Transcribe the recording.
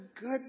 good